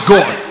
God